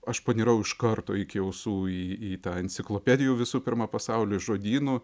aš panirau iš karto iki ausų į į tą enciklopedijų visų pirma pasaulį žodynų